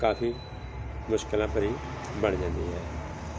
ਕਾਫ਼ੀ ਮੁਸ਼ਕਲਾਂ ਭਰੀ ਬਣ ਜਾਂਦੀ ਹੈ